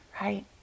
right